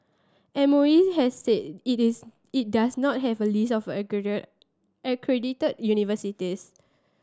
M O E has said it is it does not have a list of accredited universities